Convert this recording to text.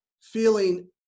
feeling